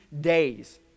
days